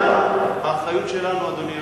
האחריות שלנו, אדוני היושב-ראש,